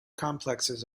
complexes